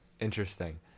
Interesting